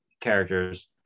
characters